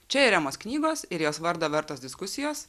čia ir emos knygos ir jos vardo vertos diskusijos